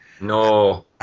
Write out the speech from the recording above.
no